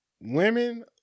women